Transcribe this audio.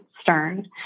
Stern